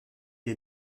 est